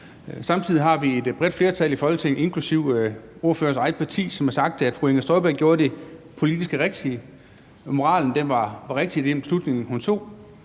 Samtidig har vi et bredt flertal i Folketinget, inklusive ordførerens eget parti, som har sagt, at fru Inger Støjberg gjorde det politisk rigtige, at moralen var rigtig i den beslutning, hun tog.